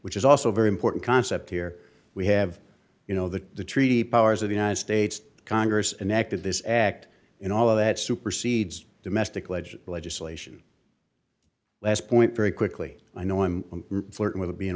which is also very important concept here we have you know the the treaty powers of the united states congress enacted this act in all of that supersedes domestic legit legislation last point very quickly i know i'm flirting with being